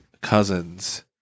cousins